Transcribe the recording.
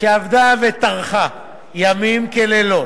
שעבדה וטרחה לילות